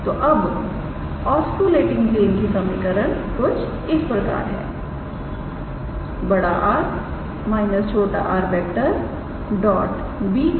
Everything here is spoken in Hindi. तोअब ऑस्किलेटिंग प्लेन की समीकरण कुछ इस प्रकार है 𝑅⃗ − 𝑟⃗ 𝑏̂ 0